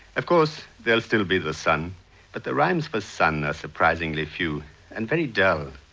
of course, there'll still be the sun but the rhymes for sun are surprisingly few and very dull.